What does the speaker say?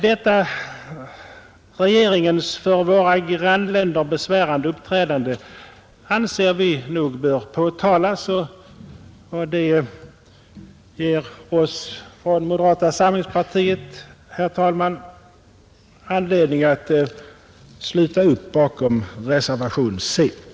Detta regeringens för våra grannländer besvärande uppträdande i frågan anser vi bör påtalas, och det ger oss från moderata samlingspartiet anledning att sluta upp bakom reservationen C.